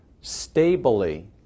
stably